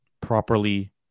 properly